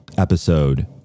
Episode